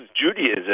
Judaism